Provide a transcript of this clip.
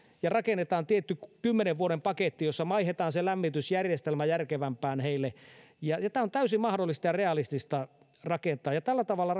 eli rakennetaan tietty kymmenen vuoden paketti jossa vaihdetaan lämmitysjärjestelmä järkevämpään heille tämä on täysin mahdollista ja realistista rakentaa tällä tavalla